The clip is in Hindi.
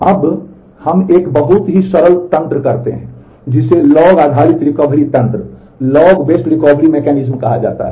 अब हम एक बहुत ही सरल तंत्र करते हैं जिसे लॉग आधारित रिकवरी तंत्र कहा जाता है